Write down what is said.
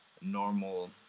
normal